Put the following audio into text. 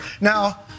now